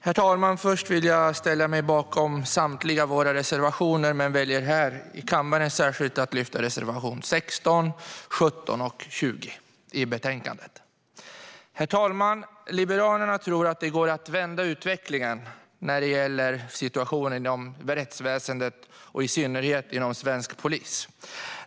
Herr talman! Jag står bakom samtliga våra reservationer, men här i kammaren väljer jag att yrka bifall endast till reservationerna 16, 17 och 20. Liberalerna tror att det går att vända utvecklingen när det gäller situationen inom rättsväsendet, i synnerhet inom svensk polis.